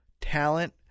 talent